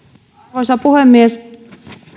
arvoisa puhemies